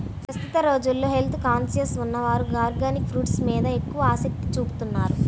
ప్రస్తుత రోజుల్లో health conscious ఉన్నవారు ఆర్గానిక్ ఫుడ్స్ మీద ఎక్కువ ఆసక్తి చూపుతున్నారు